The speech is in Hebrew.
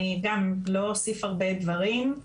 אני לא אוסיף הרבה דברים.